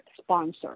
sponsor